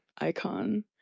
icon